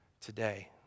today